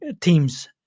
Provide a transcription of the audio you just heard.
Teams